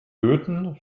löten